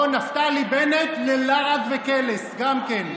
או: נפתלי בנט ללעג וקלס גם כן.